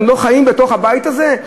אנחנו לא חיים בתוך הבית הזה?